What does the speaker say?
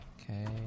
Okay